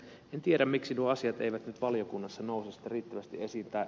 en tiedä miksi nuo asiat eivät nyt valiokunnassa nouse riittävästi esille